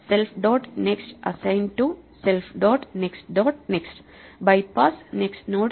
self dot next assigned to self dot next dot next bypass next node